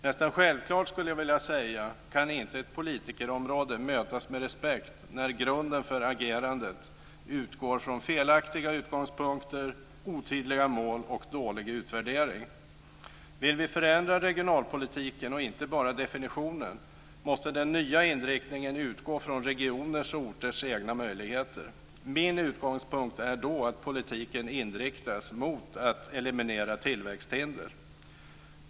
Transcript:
Nästan självklart, skulle jag vilja säga, kan inte ett politikerområde mötas med respekt när grunden för agerandet utgår från felaktiga utgångspunkter, otydliga mål och dålig utvärdering. Vill vi förändra regionalpolitiken, och inte bara definitionen, måste den nya inriktningen utgå från regioners och orters egna möjligheter. Min utgångspunkt är då att politiken inriktas mot att eliminera tillväxthinder.